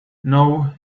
now